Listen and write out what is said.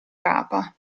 rapa